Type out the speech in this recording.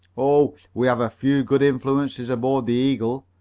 oh, we have a few good influences aboard the eagle,